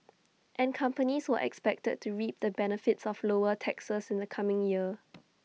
and companies were expected to reap the benefits of lower taxes in the coming year